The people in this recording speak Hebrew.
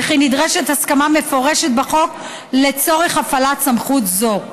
וכי נדרשת הסכמה מפורשת בחוק לצורך הפעלת סמכות זו.